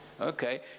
Okay